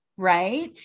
Right